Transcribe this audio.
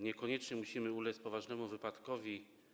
Niekoniecznie musimy ulec poważnemu wypadkowi.